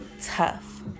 tough